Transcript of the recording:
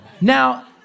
Now